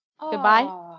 Goodbye